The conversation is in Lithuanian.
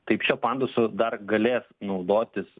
taip čia pandusu dar galės naudotis